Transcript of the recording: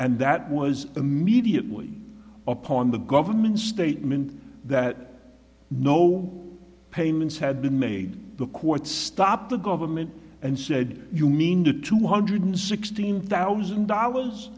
and that was immediately upon the government statement that no payments had been made to quote stop the government and said you mean to two hundred sixteen thousand dollars